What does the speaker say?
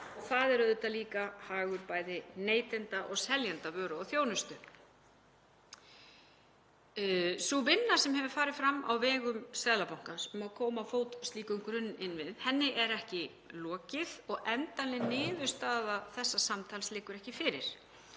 það er auðvitað líka hagur bæði neytenda og seljenda vöru og þjónustu. Sú vinna sem hefur farið fram á vegum Seðlabankans um að koma á fót slíkum grunninnviðum er ekki lokið og endanleg niðurstaða þessa samtals liggur ekki fyrir.